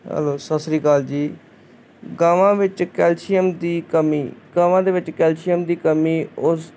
hello ਸਤਿ ਸ਼੍ਰੀ ਅਕਾਲ ਜੀ ਗਾਵਾਂ ਵਿੱਚ ਕੈਲਸ਼ੀਅਮ ਦੀ ਕਮੀ ਗਾਵਾਂ ਦੇ ਵਿੱਚ ਕੈਲਸ਼ੀਅਮ ਦੀ ਕਮੀ ਉਸ